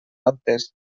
altes